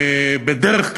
בדרך כלל,